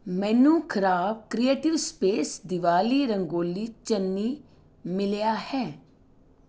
ਮੈਨੂੰ ਖ਼ਰਾਬ creative space Diwali rangoli ਚੰਨੀ ਮਿਲਿਆ ਹੈ